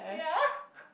ya